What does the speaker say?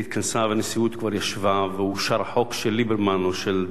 והנשיאות כבר ישבה ואושר החוק של ליברמן או של דוד רותם